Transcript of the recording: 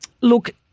Look